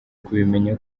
kubimenya